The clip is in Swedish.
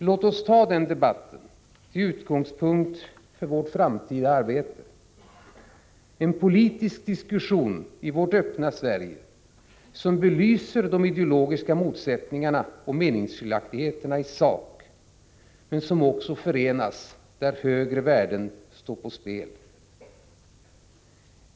Låt oss ta den debatten till utgångspunkt för vårt framtida arbete — en politisk diskussion i vårt öppna Sverige som belyser de ideologiska motsättningarna och meningsskiljaktigheterna i sak, men som också förenas där högre värden står på spel.